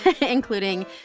including